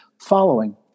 following